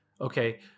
Okay